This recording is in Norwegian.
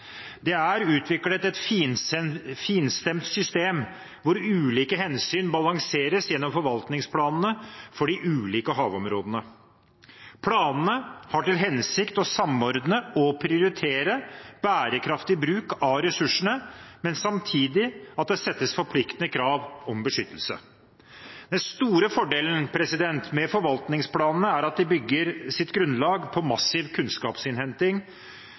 Det er utviklet et finstemt system, hvor ulike hensyn balanseres gjennom forvaltningsplanene for de ulike havområdene. Planene har til hensikt å samordne og prioritere bærekraftig bruk av ressursene, men samtidig å sette forpliktende krav om beskyttelse. Den store fordelen med forvaltningsplanene er at de bygger sitt grunnlag på massiv kunnskapsinnhenting,